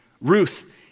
Ruth